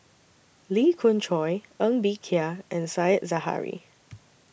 Lee Khoon Choy Ng Bee Kia and Said Zahari